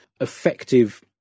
effective